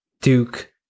Duke